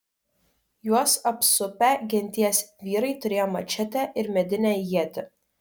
juos apsupę genties vyrai turėjo mačetę ir medinę ietį